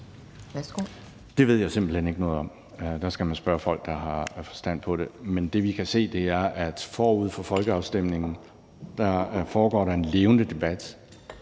Det ved jeg simpelt hen ikke noget om. Der skal man spørge folk, der har forstand på det. Men det, vi kan se, er, at forud for folkeafstemninger foregår der en levende debat